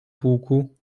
pułku